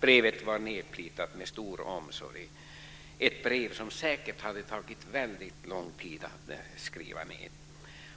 Brevet var nedplitat med stor omsorg - ett brev som det säkert hade tagit väldigt lång tid att skriva.